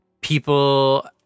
people